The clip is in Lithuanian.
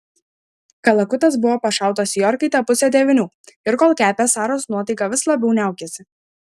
kalakutas buvo pašautas į orkaitę pusę devynių ir kol kepė saros nuotaika vis labiau niaukėsi